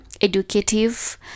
educative